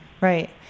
Right